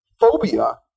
phobia